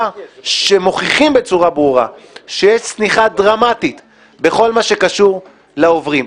שמוכיחים בצורה ברורה שיש צניחה דרמטית בכל מה שקשור לעוברים.